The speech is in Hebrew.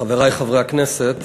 חברי חברי הכנסת,